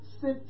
sit